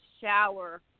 shower